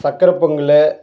சக்கரைப் Pongal